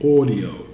Audio